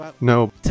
No